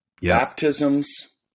baptisms